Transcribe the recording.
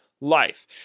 life